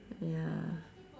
ya